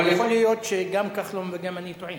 אבל יכול להיות שגם כחלון וגם אני טועים.